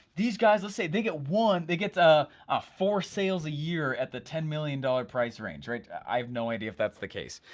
these guys, let's say they get one, they get ah ah four sales a year at the ten million dollars price range, right? i have no idea if that's the case.